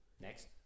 Next